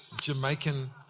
Jamaican